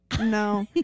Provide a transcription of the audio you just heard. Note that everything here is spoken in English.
No